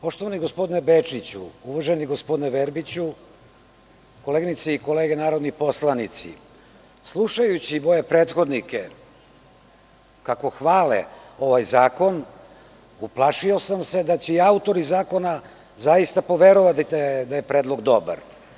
Poštovani gospodine Bečiću, uvaženi gospodine Verbiću, koleginice i kolege narodni poslanici, slušajući moje prethodnike kako hvale ovaj zakon, uplašio sam se da će i autori zakona zaista poverovati da je predlog dobar.